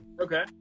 okay